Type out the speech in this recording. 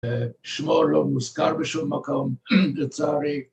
‫שמו לא מוזכר בשום מקום, לצערי.